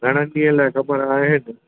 घणनि ॾींहंनि लाइ कमिरा आहिनि